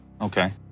Okay